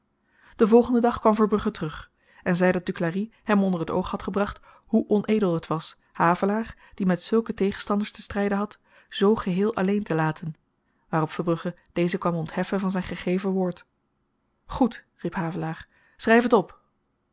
den volgenden dag kwam verbrugge terug en zei dat duclari hem onder t oog had gebracht hoe onedel het was havelaar die met zulke tegenstanders te stryden had zoo geheel alleen te laten waarop verbrugge dezen kwam ontheffen van zyn gegeven woord goed riep havelaar schryf het op